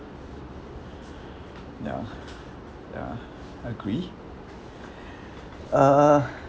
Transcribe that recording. ya ya agree uh